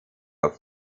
auf